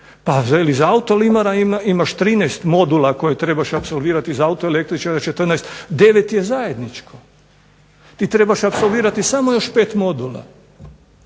pa za autolimara imaš 13 modula koje trebaš apsolvirati a za autoelektričara 14. 9 je zajedničko. Ti trebaš apsolvirati samo još 5 modula.